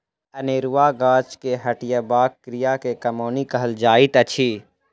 अनेरुआ गाछ के हटयबाक क्रिया के कमौनी कहल जाइत अछि